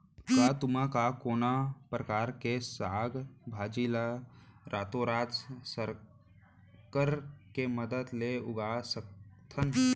का तुमा या कोनो परकार के साग भाजी ला रातोरात संकर के मदद ले उगा सकथन?